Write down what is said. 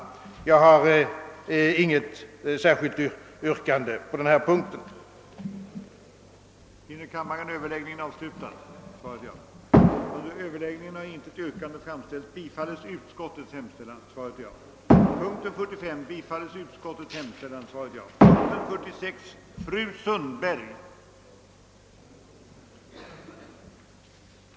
Jag har inget särskilt yrkande på den här punkten. verksamhet beräkna dessa bidrag på det aktuella studerandeantalet,